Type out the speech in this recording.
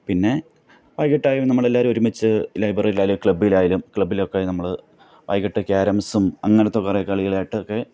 പിന്നെ വൈകിയിട്ടായും നമ്മളെല്ലാവരും ഒരുമിച്ച് ലൈബ്രറിയിലായാലും ക്ലബിലായാലും ക്ലബിലൊക്കെ നമ്മൾ വൈകിയിട്ട് ക്യാരംസ്സും അങ്ങനത്തെ കുറെ കളികളായിട്ടൊക്കെ